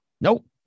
Nope